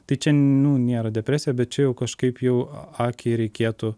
tai čia nu nėra depresija bet čia jau kažkaip jau akiai reikėtų